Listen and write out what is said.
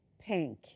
pink